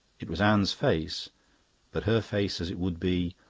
it was anne's face but her face as it would be,